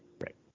Right